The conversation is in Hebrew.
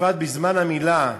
בפרט בזמן המילה,